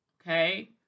Okay